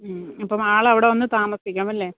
അപ്പം ആൾ അവിടെ വന്ന് താമസിക്കാം അല്ലേ